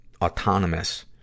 autonomous